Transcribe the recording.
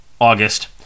August